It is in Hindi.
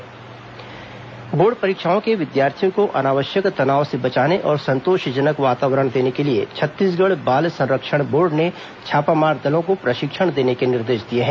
छापामार दल प्रशिक्षण बोर्ड परीक्षाओं के विद्यार्थियों को अनावश्यक तनाव से बचाने और संतोषजनक वातावरण देने के लिए छत्तीसगढ़ बाल संरक्षण बोर्ड ने छापामार दलों को प्रशिक्षण देने के निर्देश दिए हैं